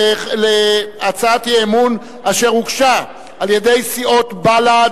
להצעת אי-אמון אשר הוגשה על-ידי סיעות בל"ד,